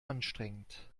anstrengend